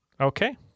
Okay